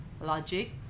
logic